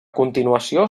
continuació